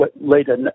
later